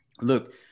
look